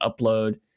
upload